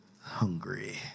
hungry